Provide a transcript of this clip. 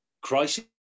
Crisis